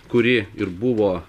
kuri ir buvo